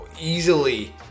easily